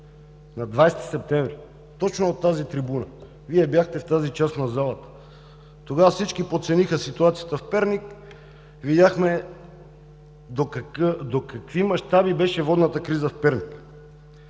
на 20 септември, точно от тази трибуна. Вие бяхте точно в тази част на залата. Тогава всички подцениха ситуацията в Перник. Видяхме до какви мащаби беше водната криза в Перник.